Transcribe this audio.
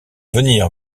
venir